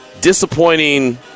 disappointing